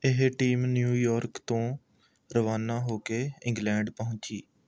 ਇਹ team New York ਤੋਂ ਰਵਾਨਾ ਹੋ ਕੇ ਇੰਗਲੈਂਡ ਪਹੁੰਚੀ